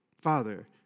Father